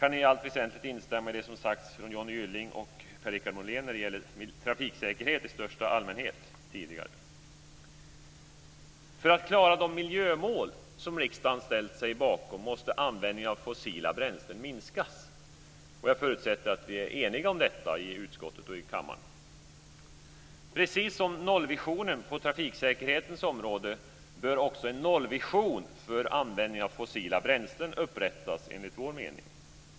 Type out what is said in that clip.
Jag kan i allt väsentligt instämma i det som tidigare har sagts från Johnny Gylling och Per-Richard Molén när det gäller trafiksäkerhet i största allmänhet. För att klara de miljömål som riksdagen har ställt sig bakom måste användningen av fossila bränslen minskas. Och jag förutsätter att vi är eniga om detta i utskottet och i kammaren. Precis som nollvisionen på trafiksäkerhetens område bör också, enligt vår mening, en nollvision för användningen av fossila bränslen upprättas.